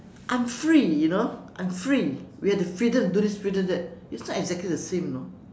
I'm free you know I'm free we have the freedom to do this do that it is not exactly the same you know